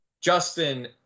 Justin